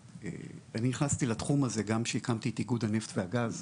אני נכנסתי לתחום הזה גם כשהקמתי את איגוד הנפט והגז,